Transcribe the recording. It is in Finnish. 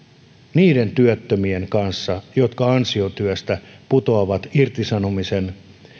niiden työttömien kanssa jotka ansiotyöstä putoavat irtisanomisen takia